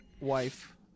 wife